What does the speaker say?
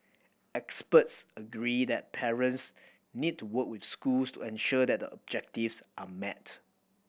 experts agree that parents need to work with schools and ensure that a are met